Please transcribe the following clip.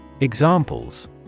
Examples